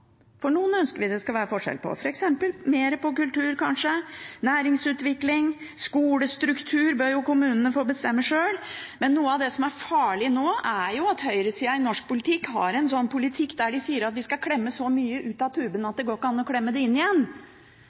for noen oppgaver ønsker vi det skal være forskjell på, f.eks. mer på kultur, kanskje, næringsutvikling, og skolestruktur, det bør jo kommunene få bestemme sjøl. Men noe av det som er farlig nå, er jo at høyresiden i norsk politikk har en sånn politikk der de sier at vi skal klemme så mye ut av tuben at det ikke går an å klemme det inn igjen.